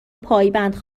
پایبند